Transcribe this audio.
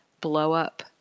blow-up –